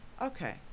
Okay